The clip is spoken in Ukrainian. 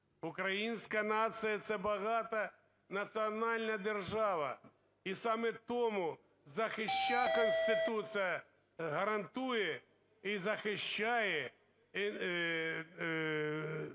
Українська нація – це багатонаціональна держава. І саме тому захищає Конституція, гарантує і захищає мови